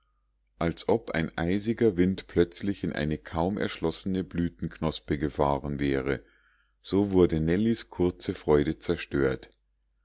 als ob ein eisiger wind plötzlich in eine kaum erschlossene blütenknospe gefahren wäre so wurde nellies kurze freude zerstört